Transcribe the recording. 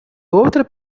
outra